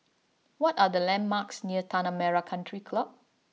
what are the landmarks near Tanah Merah Country Club